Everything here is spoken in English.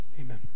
Amen